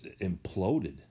imploded